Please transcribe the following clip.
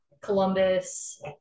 columbus